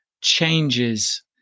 changes